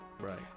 Right